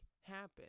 happen